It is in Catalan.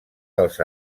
dels